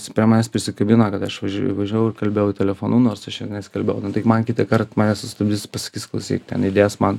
jis prie manęs prisikabino kad aš važia važiavau ir kalbėjau telefonu nors aš ir nesikalbėjau nu tai man kitąkart mane sustabdys pasakys klausyk ten įdės man